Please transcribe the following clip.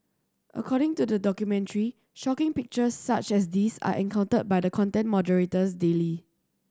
according to the documentary shocking pictures such as these are encountered by the content moderators daily